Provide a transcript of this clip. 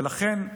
ולכן אני,